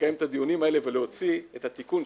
לקיים את הדיונים האלה ולהוציא את התיקון,